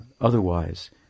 otherwise